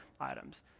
items